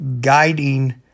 guiding